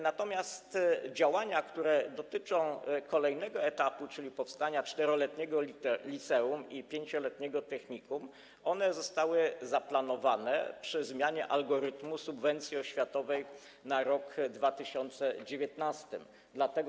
Natomiast działania, które dotyczą kolejnego etapu, czyli powstania 4-letniego liceum i 5-letniego technikum, zostały zaplanowane przy zmianie algorytmu subwencji oświatowej na rok 2019.